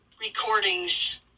recordings